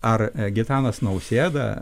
ar gitanas nausėda